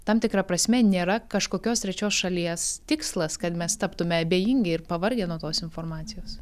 tam tikra prasme nėra kažkokios trečios šalies tikslas kad mes taptume abejingi ir pavargę nuo tos informacijos